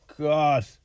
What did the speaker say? God